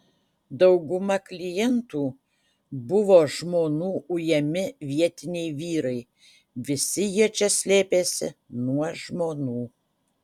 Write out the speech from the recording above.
dauguma klientų buvo žmonų ujami vietiniai vyrai visi jie čia slėpėsi nuo žmonų